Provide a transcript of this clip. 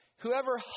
Whoever